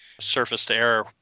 surface-to-air